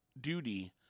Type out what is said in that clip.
duty